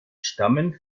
stammen